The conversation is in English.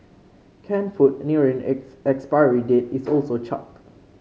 canned food nearing its expiry date is also chucked